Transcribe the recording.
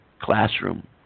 classroom